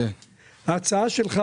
ההצעה שלך